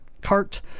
cart